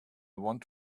want